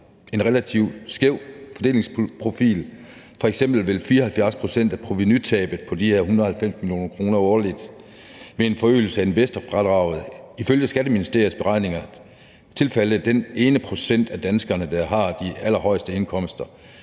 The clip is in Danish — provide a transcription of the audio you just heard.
en relativt skæv fordelingsprofil. F.eks. vil 74 pct. af provenutabet på de her 190 mio. kr. årligt ved en forøgelse af investorfradraget ifølge Skatteministeriets beregninger tilfalde den ene procent af danskerne, der har de allerhøjeste indkomster.